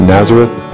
Nazareth